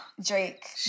Drake